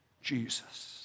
Jesus